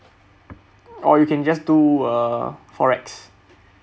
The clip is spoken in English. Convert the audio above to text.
or you can just do uh FOREX